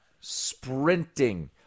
Sprinting